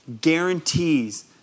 guarantees